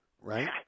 Right